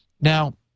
now